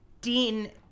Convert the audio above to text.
Dean